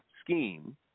scheme